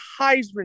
Heisman